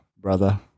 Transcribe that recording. brother